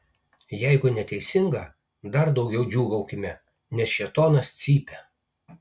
jeigu neteisinga dar daugiau džiūgaukime nes šėtonas cypia